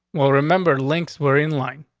well, remember, links were in line,